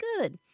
good